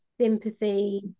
sympathy